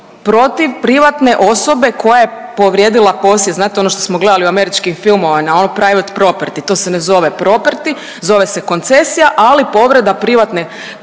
protiv privatne osobe koja je povrijedila posjed, znate ono što smo gledali u američkim filmovima, na ono…/Govornik se ne razumije/…to se ne zove properti, zove se koncesija, ali povreda privatne